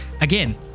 again